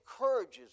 encourages